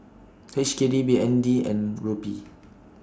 H K D B N D and Rupee